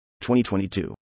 2022